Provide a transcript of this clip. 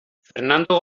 fernando